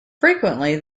frequently